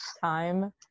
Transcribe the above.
time